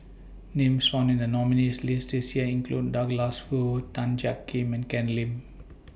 Names found in The nominees' list This Year include Douglas Foo Tan Jiak Kim and Ken Lim